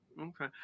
Okay